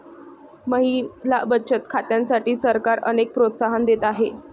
महिला बचत खात्यांसाठी सरकार अनेक प्रोत्साहन देत आहे